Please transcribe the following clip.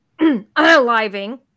unaliving